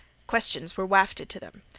questions were wafted to them.